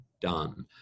done